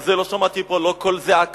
על זה לא שמעתי פה לא קול זעקה,